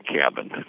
cabin